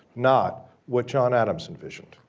not what john adams envisioned,